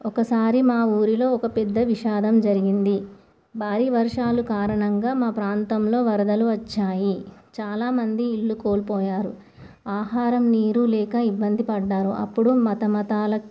ఒకసారి మా ఊరిలో ఒక పెద్ద విషాదం జరిగింది భారీ వర్షాలు కారణంగా మా ప్రాంతంలో వరదలు వచ్చాయి చాలామంది ఇళ్ళు కోల్పోయారు ఆహారం నీరు లేక ఇబ్బంది పడ్డారు అప్పుడు మత మతాల